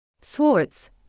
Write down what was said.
Swartz